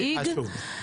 הכי חשוב.